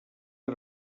era